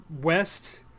west